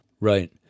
Right